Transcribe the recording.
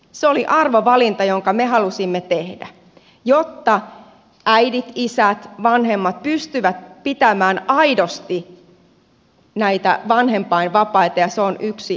se oli arvovalinta jonka me halusimme tehdä jotta äidit isät vanhemmat pystyvät pitämään aidosti näitä vanhempainvapaita ja se on yksi mahdollisuus